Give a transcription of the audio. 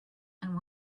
and